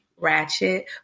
ratchet